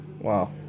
wow